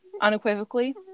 unequivocally